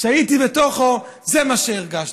כשהייתי בפנים, זה מה שהרגשתי.